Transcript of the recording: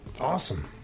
Awesome